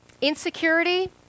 Insecurity